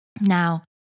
Now